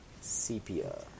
Sepia